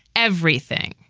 everything.